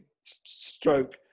stroke